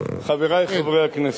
חברי חברי הכנסת,